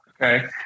Okay